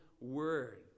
word